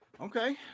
Okay